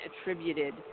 attributed